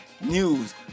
news